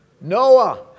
Noah